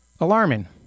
alarming